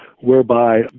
whereby